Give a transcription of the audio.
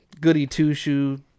goody-two-shoe